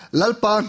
lalpa